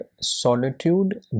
solitude